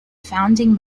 founding